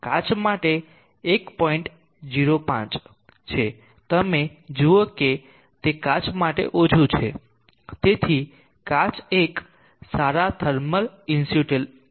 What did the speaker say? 05 છે તમે જુઓ કે તે કાચ માટે ઓછું છે તેથી કાચ એક સારા થર્મલ ઇન્સ્યુલેટર છે